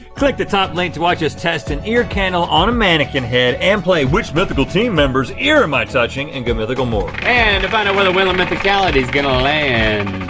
click the top link to watch us test an ear candle on a mannequin head and play which mythical team member's ear am i touching in and good mythical more. and to find out where the wheel of mythicality's gonna land.